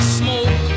smoke